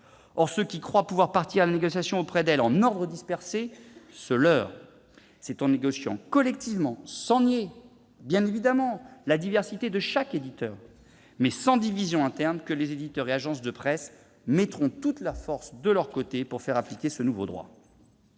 Or ceux qui croient pouvoir partir négocier auprès d'elles en ordre dispersé se leurrent. C'est en négociant collectivement, sans nier leur diversité, mais sans divisions internes, que les éditeurs et agences de presse mettront toutes les forces de leur côté pour faire appliquer ce nouveau droit.